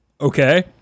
Okay